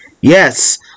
yes